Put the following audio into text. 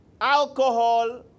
alcohol